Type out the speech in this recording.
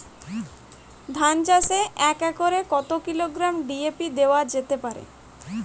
ধান চাষে এক একরে কত কিলোগ্রাম ডি.এ.পি দেওয়া যেতে পারে?